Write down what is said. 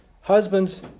husbands